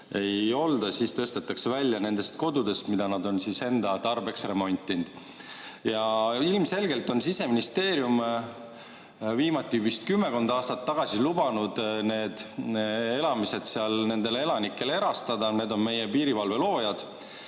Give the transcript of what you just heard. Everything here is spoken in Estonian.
ei olda, siis tõstetakse inimesed välja nende kodudest, mida nad on enda tarbeks remontinud. Ja ilmselgelt on Siseministeerium, viimati vist kümmekond aastat tagasi, lubanud need elamised seal nendele elanikele erastada. Need inimesed on meie piirivalve loojad.